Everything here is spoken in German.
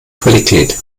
qualität